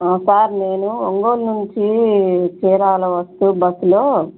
sir నేను ఒంగోలు నుంచి చీరాల వస్తూ బస్సులో